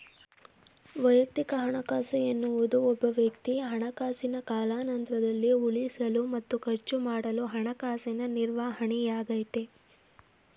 ವೈಯಕ್ತಿಕ ಹಣಕಾಸು ಎನ್ನುವುದು ಒಬ್ಬವ್ಯಕ್ತಿ ಹಣಕಾಸಿನ ಕಾಲಾನಂತ್ರದಲ್ಲಿ ಉಳಿಸಲು ಮತ್ತು ಖರ್ಚುಮಾಡಲು ಹಣಕಾಸಿನ ನಿರ್ವಹಣೆಯಾಗೈತೆ